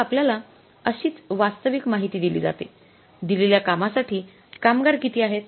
मग आपल्याला अशीच वास्तविक माहिती दिली जाते दिलेल्या कामासाठी कामगार किती आहेत